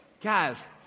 Guys